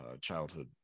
childhood